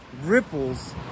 Ripples